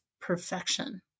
perfection